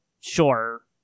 sure